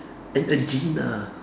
and aegina